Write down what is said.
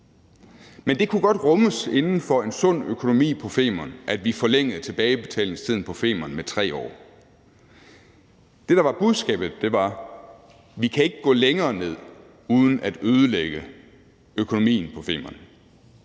Men det kunne godt rummes inden for en sund økonomi på Femern, at vi forlængede tilbagebetalingstiden på Femern med 3 år. Det, der var budskabet, var, at vi ikke kan gå længere ned uden at ødelægge økonomien på Femern.